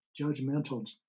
judgmental